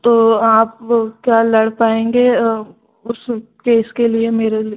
तो आप क्या लड़ पाएंगे उस केस के लिए मेरे लिए